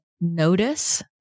notice